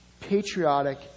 patriotic